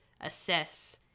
assess